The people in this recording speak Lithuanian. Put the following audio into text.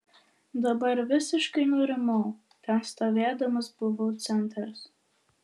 dabar visiškai nurimau ten stovėdamas buvau centras